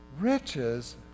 Riches